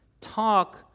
talk